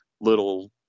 little